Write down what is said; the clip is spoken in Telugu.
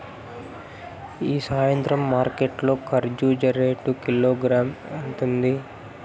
ఈ సాయంత్రం మార్కెట్ లో కర్బూజ రేటు కిలోగ్రామ్స్ ఎంత ఉంది?